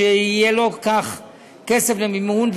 שיהיה לו כך כסף למימון,